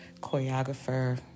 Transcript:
choreographer